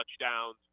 touchdowns